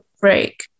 break